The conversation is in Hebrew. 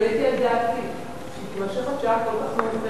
לא העליתי על דעתי שהיא תימשך עד שעה כל כך מאוחרת.